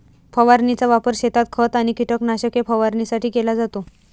फवारणीचा वापर शेतात खत आणि कीटकनाशके फवारणीसाठी केला जातो